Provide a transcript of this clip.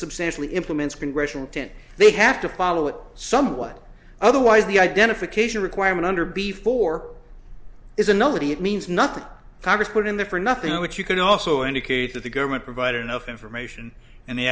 substantially implements congressional tent they have to follow it somewhat otherwise the identification requirement under before is a nobody it means nothing congress put in there for nothing that you could also indicate that the government provided enough information and the